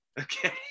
Okay